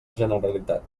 generalitat